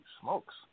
smokes